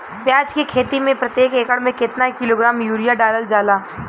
प्याज के खेती में प्रतेक एकड़ में केतना किलोग्राम यूरिया डालल जाला?